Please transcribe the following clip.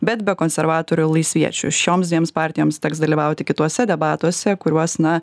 bet be konservatorių laisviečių šioms dviems partijoms teks dalyvauti kituose debatuose kuriuos na